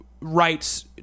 rights